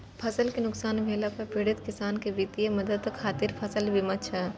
फसल कें नुकसान भेला पर पीड़ित किसान कें वित्तीय मदद खातिर फसल बीमा छै